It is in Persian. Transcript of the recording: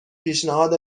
پیشنهاد